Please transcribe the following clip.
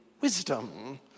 wisdom